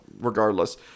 regardless